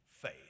faith